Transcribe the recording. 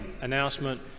announcement